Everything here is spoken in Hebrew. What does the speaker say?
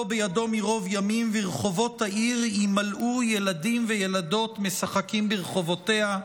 בידו מרוב ימים ורחֹבות העיר ימלאו ילדים וילדות משחקים ברחֹבֹתיה".